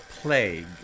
Plague